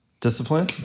Discipline